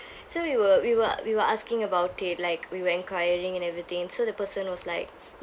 so we were we were we were asking about it like we were enquiring and everything so the person was like